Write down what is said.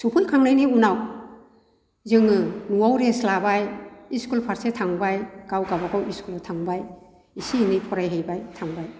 सफैखांनायनि उनाव जोङो न'आव रेस्त लाबाय इस्कुल फारसे थांबाय गाव गावबा गाव इस्कुलआव थांबाय एसे एनै फरायहैबाय थांबाय